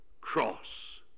cross